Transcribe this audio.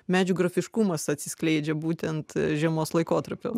medžių grafiškumas atsiskleidžia būtent žiemos laikotarpiu